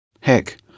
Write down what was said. Heck